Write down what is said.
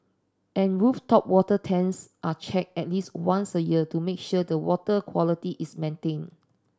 and rooftop water tanks are checked at least once a year to make sure the water quality is maintained